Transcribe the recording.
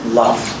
love